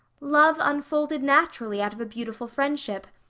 love unfolded naturally out of a beautiful friendship,